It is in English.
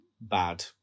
bad